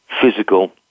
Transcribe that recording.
physical